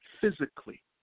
physically